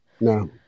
No